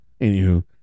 anywho